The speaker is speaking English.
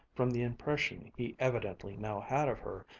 from the impression he evidently now had of her,